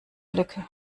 lücke